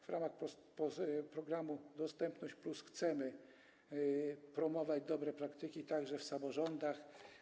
W ramach programu „Dostępność+” chcemy promować dobre praktyki także w samorządach.